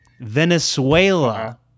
Venezuela